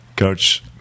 Coach